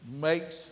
Makes